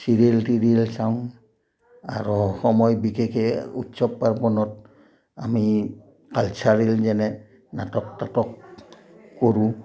serial টিৰিয়েল চাওঁ আৰু সময় বিশেষে উৎসৱ পাৰ্বণত আমি কালচাৰেল যেনে নাটক তাটক কৰোঁ